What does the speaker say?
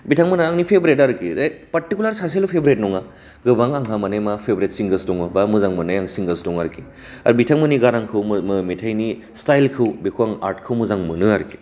बिथांमोनहा आंनि फेभारेट आरोखि ओइथ पार्टिकुलार सासेल' फेभारेट नङा गोबां आंहा मानि मा फेभारेट सिंगारस दं आरोखि आरो बिथांमोनि गारांखौ मेथाइनि स्टाइलखौ बेखौ आं आर्टखौ मोजां मोनो आरोखि